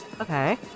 Okay